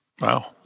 Wow